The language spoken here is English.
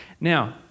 Now